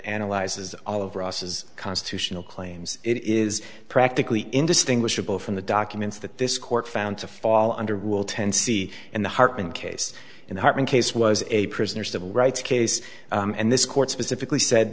analyzes all of ross's constitutional claims it is practically indistinguishable from the documents that this court found to fall under will ten see in the hartman case in the hartman case was a prisoner's civil rights case and this court specifically said